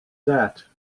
that